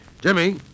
Jimmy